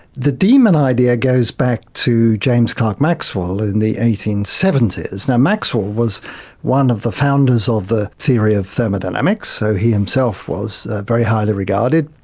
the demon idea goes back to james clerk maxwell in the eighteen seventy s. maxwell was one of the founders of the theory of thermodynamics, so he himself was very highly regarded.